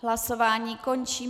Hlasování končím.